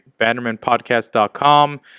bannermanpodcast.com